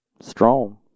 Strong